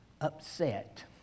upset